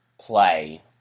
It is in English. play